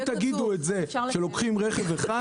אם תגידו את זה שלוקחים רכב אחד,